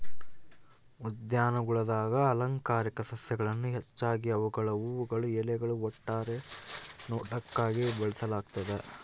ಉದ್ಯಾನಗುಳಾಗ ಅಲಂಕಾರಿಕ ಸಸ್ಯಗಳನ್ನು ಹೆಚ್ಚಾಗಿ ಅವುಗಳ ಹೂವುಗಳು ಎಲೆಗಳು ಒಟ್ಟಾರೆ ನೋಟಕ್ಕಾಗಿ ಬೆಳೆಸಲಾಗ್ತದ